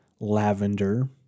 lavender